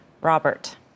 Robert